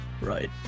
right